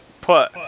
put